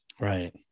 Right